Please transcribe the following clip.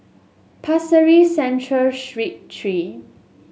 Pasir Ris Central Street Three